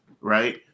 right